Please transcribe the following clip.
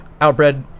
outbred